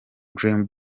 dream